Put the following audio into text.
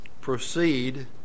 proceed